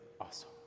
Awesome